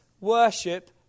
worship